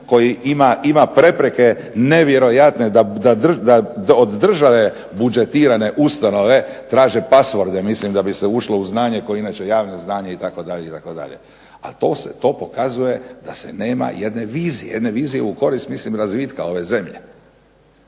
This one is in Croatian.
koji ima prepreke nevjerojatne da od države budžetirane ustanove traže pasvorede. Mislim da bi se jasno ušlo u znanje koje je inače javno znanje itd. A to pokazuje da se nema jedne vizije, jedne vizije u korist razvitka ove zemlje.